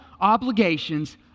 obligations